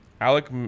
Alec